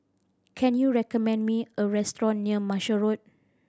can you recommend me a restaurant near Marshall Road